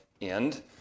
end